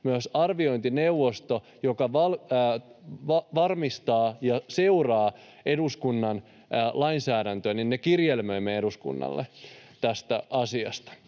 Myös arviointineuvosto, joka varmistaa ja seuraa eduskunnan lainsäädäntöä, kirjelmöi eduskunnalle tästä asiasta.